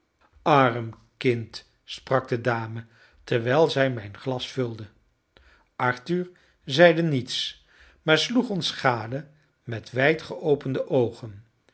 arm kind sprak de dame terwijl zij mijn glas vulde arthur zeide niets maar sloeg ons gade met wijd geopende oogen